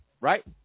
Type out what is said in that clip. right